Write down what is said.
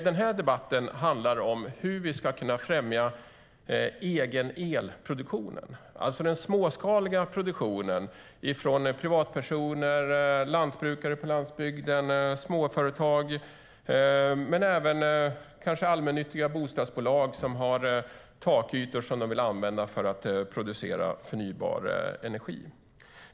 Den här debatten handlar om hur vi ska kunna främja egen-el-produktion, alltså den småskaliga produktionen från privatpersoner, lantbrukare på landsbygden, småföretag men kanske även allmännyttiga bostadsbolag som har takytor som de vill använda för att producera förnybar energi.